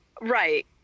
Right